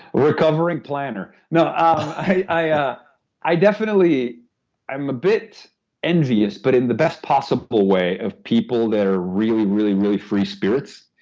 recovering planner. no, i ah i definitely i'm a bit envious but in the best possible way of people that are really, really, really free spirits.